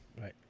Right